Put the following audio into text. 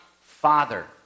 Father